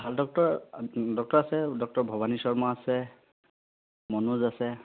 ভাল doctor doctor আছে doctor Bhawani Sharma আছে মনোজ আছে